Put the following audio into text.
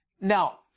Now